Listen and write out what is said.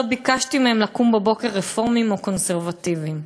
לא ביקשתי מהם לקום בבוקר רפורמים או קונסרבטיבים,